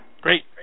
Great